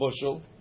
bushel